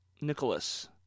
Nicholas